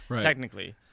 technically